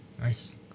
Nice